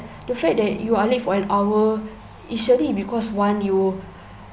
the fact that you are late for an hour it's really because one you